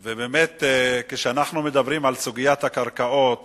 באמת, כשאנחנו מדברים על סוגיית הקרקעות